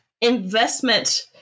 investment